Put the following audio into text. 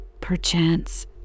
Perchance